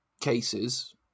cases